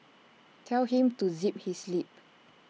tell him to zip his lip